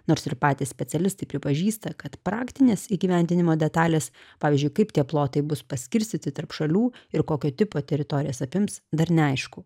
nors ir patys specialistai pripažįsta kad praktinės įgyvendinimo detalės pavyzdžiui kaip tie plotai bus paskirstyti tarp šalių ir kokio tipo teritorijos apims dar neaišku